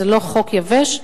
זה לא חוק יבש,